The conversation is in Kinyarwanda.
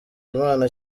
imana